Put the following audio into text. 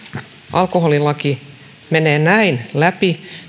alkoholilaki menee näin läpi